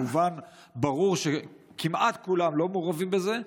ברור שכמעט כולם לא מעורבים בזה,